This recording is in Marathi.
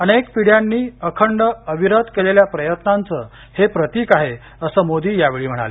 अनेक पिढ्यांनी अखंड अविरत केलेल्या प्रयत्नांचं हे प्रतिक आहे असं मोदी यावेळी म्हणाले